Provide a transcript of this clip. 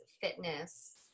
fitness